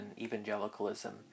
evangelicalism